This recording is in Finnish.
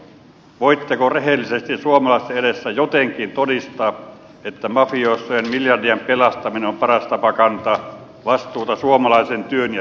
voitteko rehellisesti suomalaisten edessä jotenkin todistaa että mafiosojen miljardien pelastaminen on paras tapa kantaa vastuuta suomalaisen työn ja hyvinvoinnin puolesta